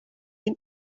ihn